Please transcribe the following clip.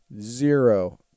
zero